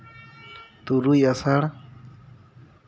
ᱛᱩᱨᱩᱭ ᱟᱥᱟᱲ